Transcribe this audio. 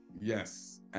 Yes